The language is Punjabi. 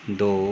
ਦੋ